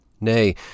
Nay